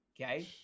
Okay